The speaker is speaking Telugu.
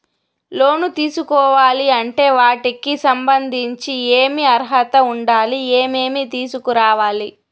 లోను తీసుకోవాలి అంటే వాటికి సంబంధించి ఏమి అర్హత ఉండాలి, ఏమేమి తీసుకురావాలి